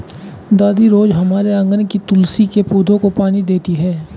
दादी रोज हमारे आँगन के तुलसी के पौधे को पानी देती हैं